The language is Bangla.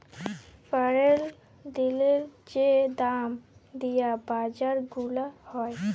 প্যরের দিলের যে দাম দিয়া বাজার গুলা হ্যয়